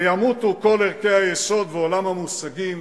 וימותו כל ערכי היסוד ועולם המושגים